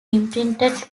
imprinted